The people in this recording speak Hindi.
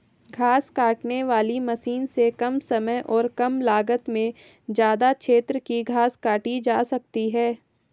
घास काटने वाली मशीन से कम समय और कम लागत में ज्यदा क्षेत्र की घास काटी जा सकती है